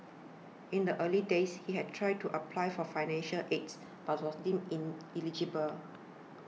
in the early days he had tried to apply for financial AIDS but was deemed ineligible